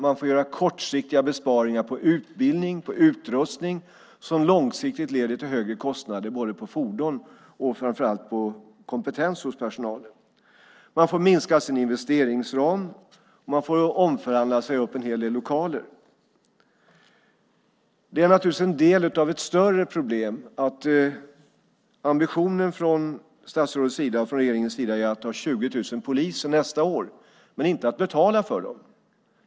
Man får göra kortsiktiga besparingar på utbildning och på utrustning, vilket långsiktigt leder till högre kostnader på fordon och framför allt påverkar kompetensen hos personalen. Man får minska sin investeringsram. Man får omförhandla och säga upp en hel del lokaler. Det är naturligtvis en del av ett större problem att ambitionen från statsrådets och regeringens sida är att ha 20 000 poliser nästa år men inte att betala för dem.